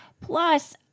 plus